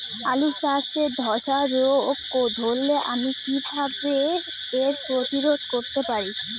আলু চাষে ধসা রোগ ধরলে আমি কীভাবে এর প্রতিরোধ করতে পারি?